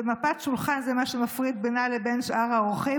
ומפת שולחן זה מה שמפריד בינה לבין שאר האורחים,